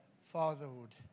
fatherhood